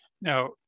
Now